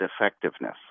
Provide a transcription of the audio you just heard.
effectiveness